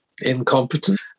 incompetent